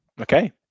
okay